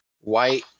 white